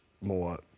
more